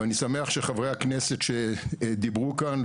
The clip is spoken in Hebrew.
ואני שמח שחברי הכנסת שדיברו כאן,